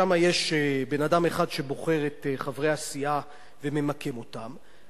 שם יש בן-אדם אחד שבוחר את חברי הסיעה וממקם אותם,